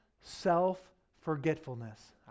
Self-forgetfulness